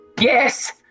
Yes